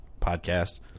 podcast